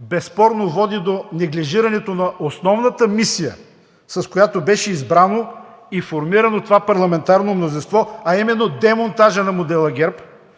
безспорно води до неглижирането на основната мисия, с която беше избрано и формирано това парламентарно мнозинство, а именно демонтажа на модела ГЕРБ